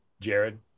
Jared